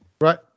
right